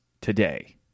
today